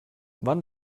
wann